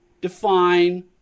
define